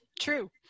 true